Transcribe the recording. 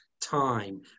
time